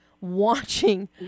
watching